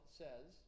says